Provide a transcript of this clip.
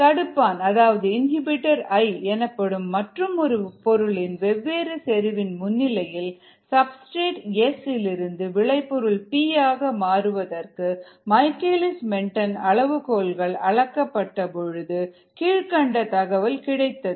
தடுப்பான் அதாவது இன்ஹிபிட்டர் எனப்படும் மற்றும் ஒரு பொருளின் வேவ்வேறு செறிவின் முன்னிலையில் சப்ஸ்டிரேட் S இலிருந்து விளைபொருள் P ஆக மாறுவதற்கு மைக்கேல்லிஸ் மென்டென் அளவுகோல்கள் அளக்கப்பட்ட பொழுது கீழ்க்கண்ட தகவல் கிடைத்தது